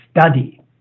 study